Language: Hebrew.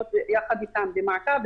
להיות יחד איתם במעקב,